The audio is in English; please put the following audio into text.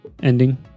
Ending